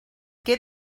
què